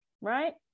right